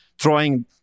Throwing